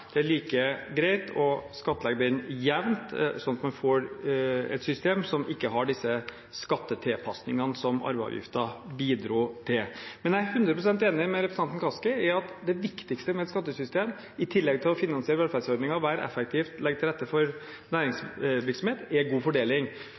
Det er like greit å skattlegge den jevnt, sånn at man får et system som ikke har disse skattetilpasningene som arveavgiften bidro til. Men jeg er hundre prosent enig med representanten Kaski i at det viktigste med et skattesystem, i tillegg til å finansiere velferdsordninger, være effektivt og legge til rette for